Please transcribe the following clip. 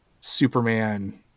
Superman